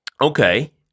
Okay